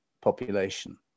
population